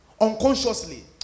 unconsciously